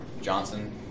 Johnson